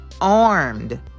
armed